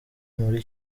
muri